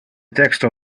texto